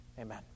Amen